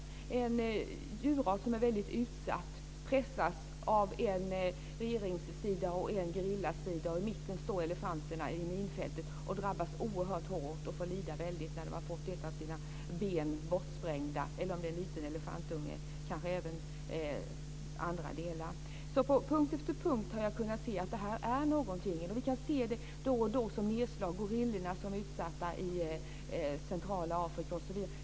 Det är en djurras som är mycket utsatt och pressas av en regeringssida och en gerillasida, och i mitten står elefanterna på minfältet. En elefant drabbas oerhört hårt och får lida väldigt mycket när den har fått ett ben eller någon annan kroppsdel bortsprängd. På punkt efter punkt har jag kunnat se detta. Gorillorna är utsatta i centrala Afrika, osv.